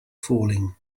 falling